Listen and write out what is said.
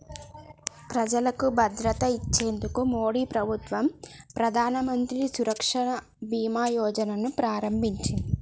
ప్రజలకు భద్రత ఇచ్చేందుకు మోడీ ప్రభుత్వం ప్రధానమంత్రి సురక్ష బీమా యోజన ను ప్రారంభించింది